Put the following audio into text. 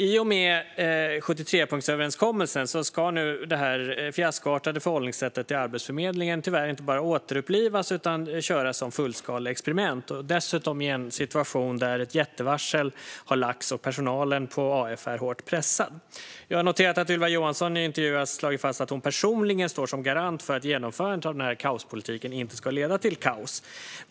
I och med 73-punktsöverenskommelsen ska nu detta fiaskoartade förhållningssätt i Arbetsförmedlingen tyvärr inte bara återupplivas utan köras som fullskaleexperiment, dessutom i en situation där ett jättevarsel har lagts och personalen på Arbetsförmedlingen är hårt pressad. Jag har noterat att Ylva Johansson i intervjuer har slagit fast att hon personligen står som garant för att genomförandet av denna kaospolitik inte ska leda till kaos.